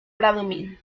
bradomín